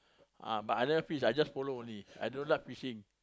ah but I never fish I follow only I don't like fishing